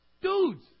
Dudes